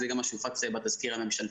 זה גם מה שהופץ בתזכיר הממשלתי.